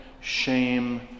shame